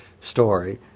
story